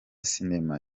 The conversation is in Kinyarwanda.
sinema